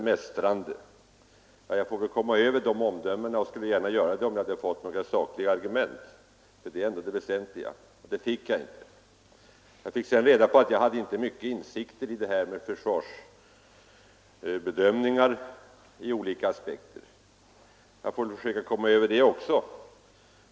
Jag får väl försöka komma över dessa omdömen och skulle gärna göra det om jag hade fått några sakliga argument — det är ändå det väsentliga — men det fick jag inte. Jag fick sedan reda på att jag inte hade mycket insikter i fråga om försvarsbedömningar i olika aspekter. Jag får väl försöka komma över det också.